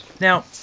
Now